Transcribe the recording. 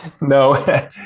No